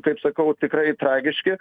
kaip sakau tikrai tragiški